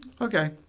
Okay